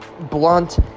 blunt